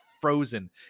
frozen